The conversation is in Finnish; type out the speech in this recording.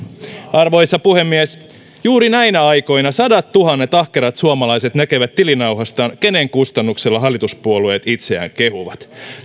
arvoisa puhemies juuri näinä aikoina sadattuhannet ahkerat suomalaiset näkevät tilinauhastaan kenen kustannuksella hallituspuolueet itseään kehuvat